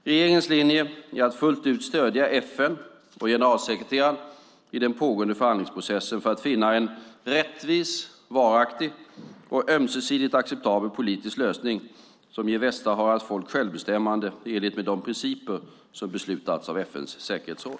Regeringens linje är att fullt ut stödja FN och generalsekreteraren i den pågående förhandlingsprocessen för att finna en rättvis, varaktig och ömsesidigt acceptabel politisk lösning som ger Västsaharas folk självbestämmande i enlighet med de principer som beslutats av FN:s säkerhetsråd.